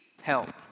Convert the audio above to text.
help